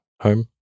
home